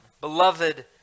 beloved